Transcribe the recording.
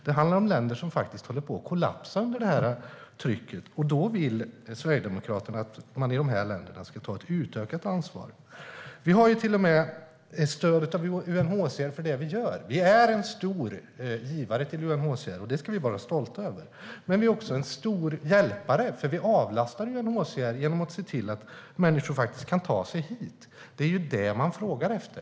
Det handlar om länder som faktiskt håller på att kollapsa under trycket. Då vill Sverigedemokraterna att dessa länder ska ta ett utökat ansvar. Vi har stöd av UNHCR för det vi gör. Vi är en stor givare till UNHCR, och det ska vi vara stolta över. Men vi är också en stor hjälpare, för vi avlastar UNHCR genom att se till att människor kan ta sig hit. Det är ju detta man frågar efter.